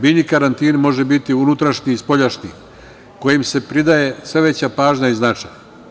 Biljni karantin može biti unutrašnji i spoljašnji kojem se pridaje sve veća pažnja i značaj.